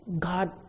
God